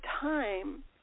time